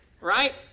right